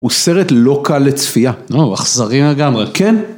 הוא סרט לא קל לצפייה. לא, הוא אכזרי לגמרי, כן!